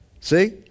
See